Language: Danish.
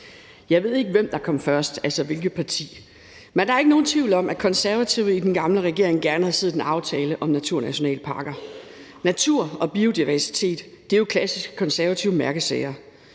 Jeg ved ikke, hvem der kom først, altså hvilket parti, men der er ikke nogen tvivl om, at De Konservative i den gamle regering gerne havde set en aftale om naturnationalparker. Natur og biodiversitet er jo klassiske konservative mærkesager.